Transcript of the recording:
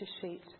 sheet